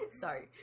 sorry